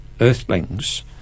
earthlings